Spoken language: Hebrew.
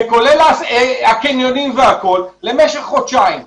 כולל הקניונים והכול למשך חודשיים.